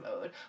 mode